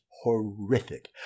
horrific